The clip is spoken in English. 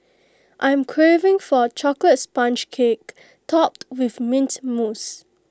I am craving for A Chocolate Sponge Cake Topped with Mint Mousse